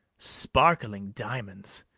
sparkling diamonds,